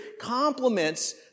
complements